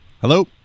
Hello